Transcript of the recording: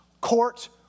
court